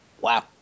wow